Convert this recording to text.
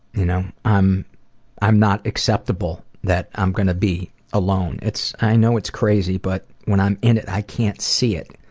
you know, i'm i'm not acceptable, that i'm going to be alone. i know it's crazy, but when i'm in it i can't see it.